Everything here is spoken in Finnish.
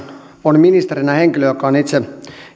on ministerinä henkilö joka on itse